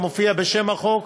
המופיע בשם החוק,